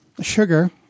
sugar